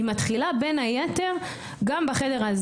היא מתחילה בין היתר גם בחדר,